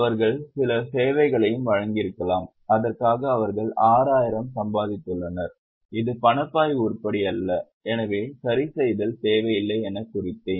அவர்கள் சில சேவைகளையும் வழங்கியிருக்கலாம் இதற்காக அவர்கள் 6000 சம்பாதித்துள்ளனர் இது பணப்பாய்வு உருப்படி அல்ல எனவே சரிசெய்தல் தேவையில்லை என்று குறித்தேன்